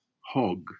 hog